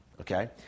okay